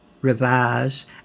revise